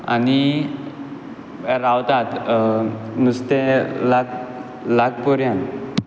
आनी रावतात नुस्तें लाग लाग पर्यंत